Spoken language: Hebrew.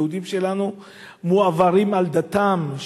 יהודים שלנו מועברים על דתם.